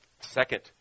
second